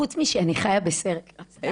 חוץ משאני חיה בסרט, לא.